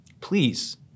Please